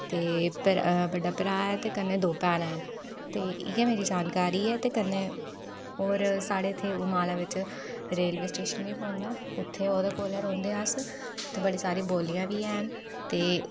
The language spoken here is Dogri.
ते बड्डा भ्राऽ ऐ ते कन्नै दो भैनां न ते इयै मेरी जानकारी ऐ ते कन्नै होर साढ़े इत्थै उमाला बिच्च रेलवे स्टेशन बी पौंदा उत्थै ओहदे कोल गै रौंह्दे अस उत्थै बड़ी सारी बोलियां बी हैन ते